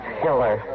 killer